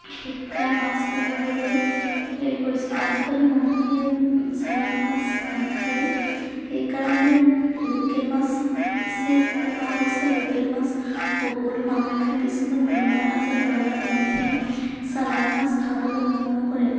শিকাই মাছ পুহিবলৈ হেৰি কৰিছোঁ আজিকালি মানুহে চালানী মাছ নেখায়েই সেইকাৰণে লোকেল মাছেই পোহা হৈছে লোকেল মাছ সকলো মানুহে খাই কিছুমান বেমাৰ আজাৰ লগাৰ মানুহে চালানী মাছ খাবলৈ মন নকৰে